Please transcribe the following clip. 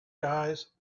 guys